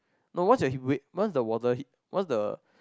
no once you're once the water hit once the